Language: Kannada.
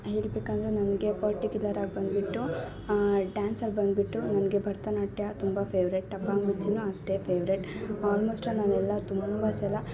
ಹೇಳ್ಬೇಕಂದರೆ ನನಗೆ ಪರ್ಟಿಕ್ಯುಲರ್ ಆಗಿ ಬಂದ್ಬಿಟ್ಟು ಡ್ಯಾನ್ಸ್ ಅಲ್ಲಿ ಬಂದ್ಬಿಟ್ಟು ನನಗೆ ಭರ್ತನಾಟ್ಯ ತುಂಬ ಫೇವ್ರೆಟ್ ಟಪಾಂಗುಚೀನು ಅಷ್ಟೇ ಫೇವ್ರೆಟ್ ಅಲ್ಮೊಸ್ಟ್ ನಾನೆಲ್ಲ ತುಂಬ ಸಲ